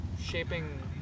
shaping